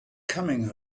coming